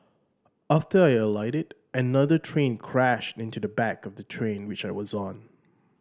after I alighted another train crashed into the back of the train which I was on